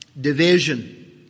division